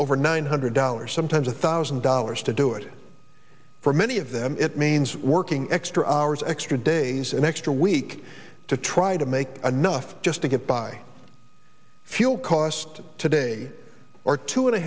over nine hundred dollars sometimes a thousand dollars to do it for many of them it means working extra hours extra days an extra week to try to make enough just to get by fuel cost today or two and a